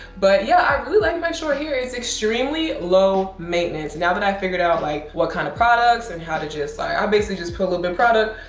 but yeah, i really like my short hair. it's extremely low maintenance now that i figured out like what kind of products and how to just like, i basically just put a little bit product,